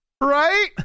right